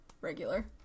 regular